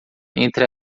entre